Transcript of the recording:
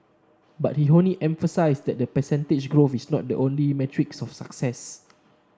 but he only emphasised that percentage growth is not the only metrics of success